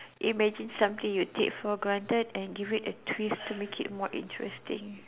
imagine something you take for granted and give it a twist to make it more interesting